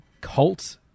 cult